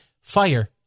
fire